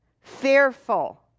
fearful